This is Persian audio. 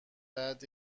بعد